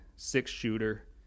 six-shooter